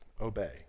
obey